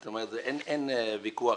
זאת אומרת, אין ויכוח